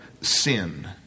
sin